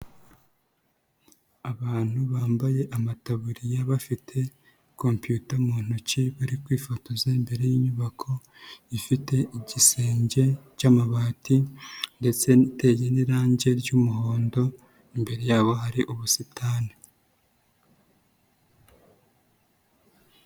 Abantu bambaye amataburiya bafite kompiyuta mu ntoki, bari kwifotoza imbere y'inyubako, ifite igisenge cy'amabati ndetse iteye n'irange ry'umuhondo, imbere yabo hari ubusitani.